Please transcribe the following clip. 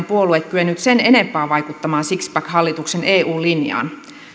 puolue kyennyt sen enempää vaikuttamaan sixpack hallituksen eu linjaan